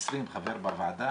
ה-20 חבר בוועדה,